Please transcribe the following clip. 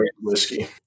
whiskey